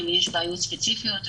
אם יש בעיות ספציפיות,